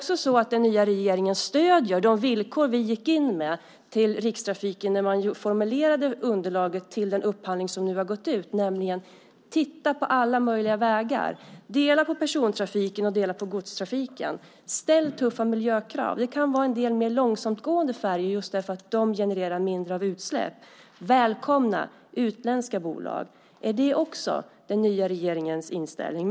Stöder den nya regeringen de villkor vi gick in med till Rikstrafiken när man formulerade det upphandlingsunderlag som nu har gått ut, nämligen att man ska titta på alla möjliga vägar? Det kan handla om att dela på persontrafiken och godstrafiken, att ställa tuffa miljökrav - man kan ha en del långsammare färjor eftersom de genererar mindre utsläpp - och att välkomna utländska bolag. Är detta också den nya regeringens inställning?